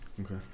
Okay